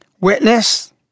witness